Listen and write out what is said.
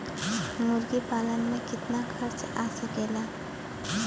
मुर्गी पालन में कितना खर्च आ सकेला?